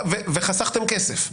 וחסכתם כסף נטו.